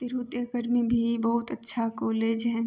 Tirhut academy भी बहुत अच्छा कॉलेज हइ